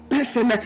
listen